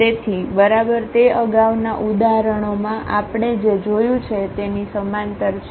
તેથી બરાબર તે અગાઉના ઉદાહરણોમાં આપણે જે જોયું છે તેની સમાંતર છે